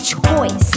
Choice